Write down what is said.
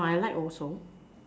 I like also